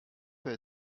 peut